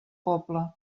poble